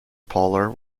puller